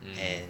and